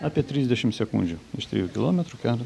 apie trisdešimt sekundžių iš trijų kilometrų kelio